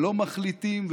ולא מחליטים,